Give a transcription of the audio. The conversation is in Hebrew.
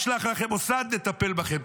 נשלח לכם מוסד לטפל בכם.